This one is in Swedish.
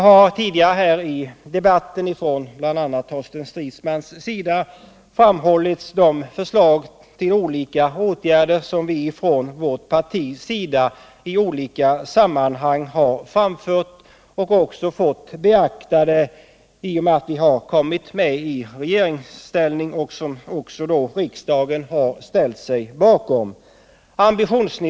Men tidigare under debatten har man — bl.a. från Torsten Stridsmans sida — redovisat de förslag till olika åtgärder som vårt parti i olika sammanhang har framfört och som vi också fått beaktade i och med att vi kommit i regeringsställning — riksdagen har ställt sig bakom förslagen.